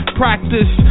practice